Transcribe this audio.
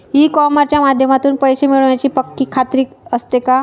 E कॉमर्सच्या माध्यमातून पैसे मिळण्याची पक्की खात्री असते का?